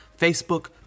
Facebook